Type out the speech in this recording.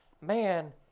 man